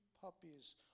puppies